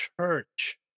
church